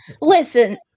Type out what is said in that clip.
Listen